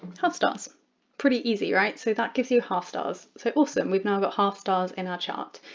half stars pretty easy right? so that gives you half stars. so awesome we've now got half stars in our chart.